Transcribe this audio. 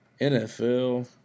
NFL